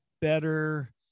better